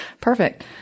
Perfect